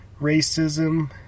Racism